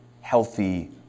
healthy